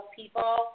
people